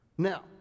Now